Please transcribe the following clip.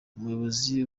umuyobozi